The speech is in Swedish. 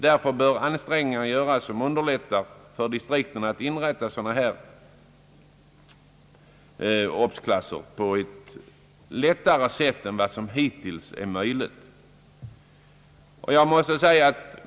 Därför bör ansträngningar göras som underlättar för distrikten att inrätta sådana här obs-klasser på ett enklare sätt än som hittills har varit möjligt.